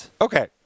Okay